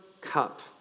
cup